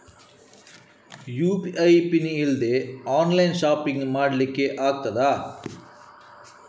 UPI pin ಇಲ್ದೆ online shopping ಮಾಡ್ಲಿಕ್ಕೆ ಆಗ್ತದಾ?